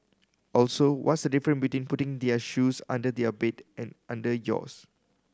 also what's the different between putting their shoes under their bed and under yours